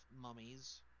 mummies